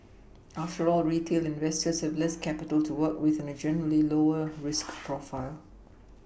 after all retail investors have less capital to work with and a generally lower risk profile